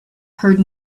heard